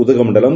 Udhagamandalam